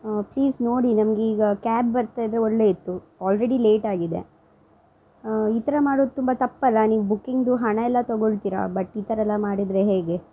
ಆಂ please ನೋಡಿ ನಮ್ಗೀಗ cab ಬರ್ತಾಯಿದ್ರೆ ಒಳ್ಳೆಯಿತ್ತು ಆಲ್ರೆಡಿ ಲೇಟಾಗಿದೆ ಈ ಥರ ಮಾಡೋದು ತುಂಬ ತಪ್ಪಲ್ಲಾ ನೀವು ಬುಕಿಂಗ್ದು ಹಣ ಎಲ್ಲಾ ತೊಗೊಳ್ತಿರಾ ಬಟ್ ಈ ಥರಯೆಲ್ಲ ಮಾಡಿದರೆ ಹೇಗೆ